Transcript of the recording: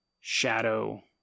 shadow